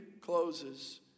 closes